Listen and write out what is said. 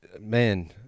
Man